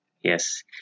Yes